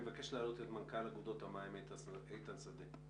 אני מבקש להעלות את מנכ"ל אגודות המים, איתן שדה.